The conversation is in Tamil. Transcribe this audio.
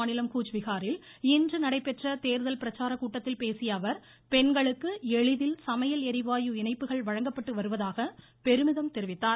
மாநிலம் கூஜ்பிஹாரில் இன்று நடைபெற்ற தேர்தல் பிரச்சார மேற்குவங்க கூட்டத்தில் பேசிய அவர் பெண்களுக்கு எளிதில் சமையல் ளிவாயு இணைப்புகள் வழங்கப்பட்டு வருவதாக பெருமிதம் தெரிவித்தார்